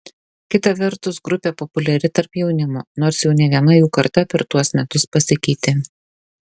kita vertus grupė populiari tarp jaunimo nors jau ne viena jų karta per tuos metus pasikeitė